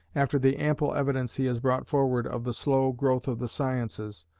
after the ample evidence he has brought forward of the slow growth of the sciences,